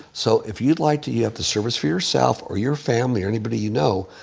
so if you'd like to, you have the service for yourself or your family or anybody you know.